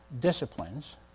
disciplines